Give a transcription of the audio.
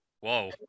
whoa